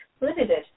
limited